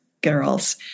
girls